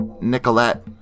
Nicolette